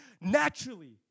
naturally